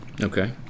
Okay